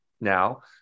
now